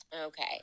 Okay